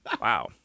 Wow